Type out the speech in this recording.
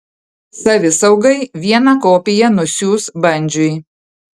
savisaugai vieną kopiją nusiųs bandžiui